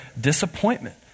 disappointment